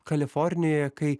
kalifornijoje kai